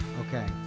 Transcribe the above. Okay